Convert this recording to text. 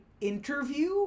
interview